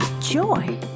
joy